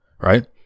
right